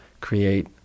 create